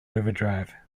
overdrive